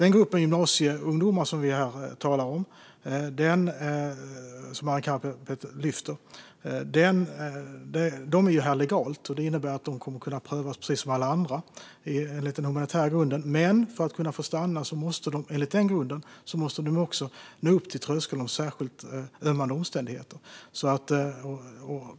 Den grupp gymnasieungdomar som Arin Karapet lyfter fram är här legalt. Det innebär att de ungdomarna kommer att kunna prövas precis som alla andra enligt den humanitära grunden. Men för att kunna få stanna enligt den grunden måste de också nå upp till tröskeln om särskilt ömmande omständigheter.